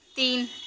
तीन